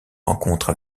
rencontre